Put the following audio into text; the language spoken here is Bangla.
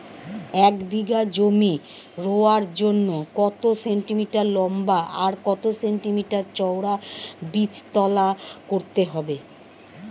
এক বিঘা জমি রোয়ার জন্য কত সেন্টিমিটার লম্বা আর কত সেন্টিমিটার চওড়া বীজতলা করতে হবে?